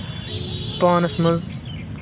پانَس منٛز